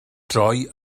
droi